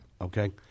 Okay